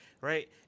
right